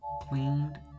cleaned